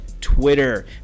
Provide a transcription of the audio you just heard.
Twitter